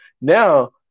Now